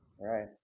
Right